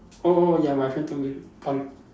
oh oh ya my friend told me plant